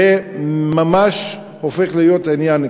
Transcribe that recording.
זה ממש הופך להיות עניין קריטי,